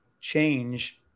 change